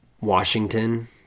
Washington